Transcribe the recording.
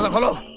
um hello!